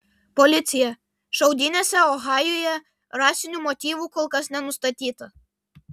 policija šaudynėse ohajuje rasinių motyvų kol kas nenustatyta